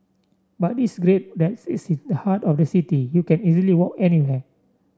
but it's great that it's in the heart of the city you can easily walk anywhere